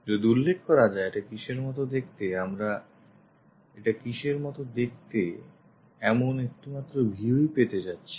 যদি উল্লেখ করা হয় এটা কিসের মত দেখতে আমরা এটা কিসের মত দেখতে এমন একটিমাত্র viewই পেতে যাচ্ছি